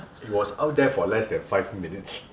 it was out there for less than five minutes